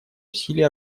усилий